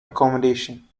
accommodation